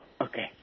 Okay